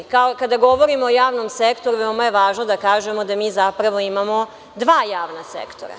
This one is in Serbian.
Kada govorimo o javnom sektoru, veoma je važno da kažemo da mi zapravo imamo dva javna sektora.